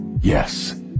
Yes